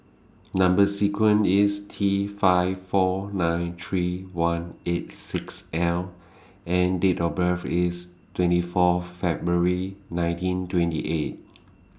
Number sequence IS T five four nine three one eight six L and Date of birth IS twenty four February nineteen twenty eight